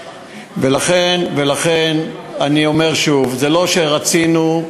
ולכן, אני אומר שוב, זה לא שרצינו,